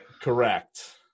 correct